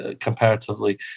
comparatively